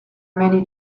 many